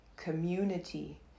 community